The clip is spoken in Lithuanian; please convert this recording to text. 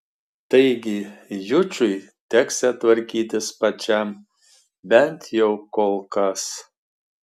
taigi jučui teksią tvarkytis pačiam bent jau kol kas